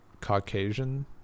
Caucasian